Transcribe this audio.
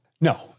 No